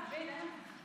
אין עליך.